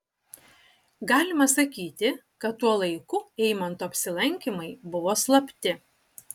galima sakyti kad tuo laiku eimanto apsilankymai buvo slapti